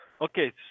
Okay